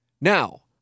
now